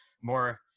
more